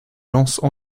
lancent